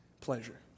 pleasure